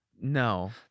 No